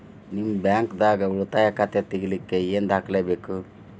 ನಿಮ್ಮ ಬ್ಯಾಂಕ್ ದಾಗ್ ಉಳಿತಾಯ ಖಾತಾ ತೆಗಿಲಿಕ್ಕೆ ಏನ್ ದಾಖಲೆ ಬೇಕು?